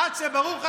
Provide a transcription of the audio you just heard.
עד שברוך השם,